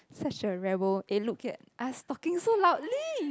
such a rebel eh look at I've talking so loudly